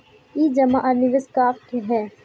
ई जमा आर निवेश का है?